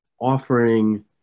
offering